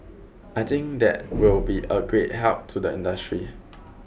I think that will be a great help to the industry